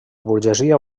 burgesia